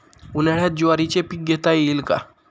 उन्हाळ्यात ज्वारीचे पीक घेता येईल का?